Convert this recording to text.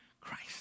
Christ